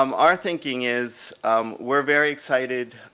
um our thinking is we're very excited,